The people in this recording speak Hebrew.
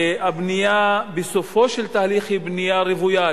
והבנייה בסופו של תהליך היא בנייה רוויה.